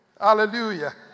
Hallelujah